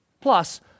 Plus